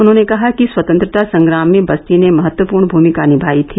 उन्होंने कहा कि स्वतंत्रता संग्राम में बस्ती ने महत्वपूर्ण भूमिका निमायी थी